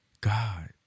God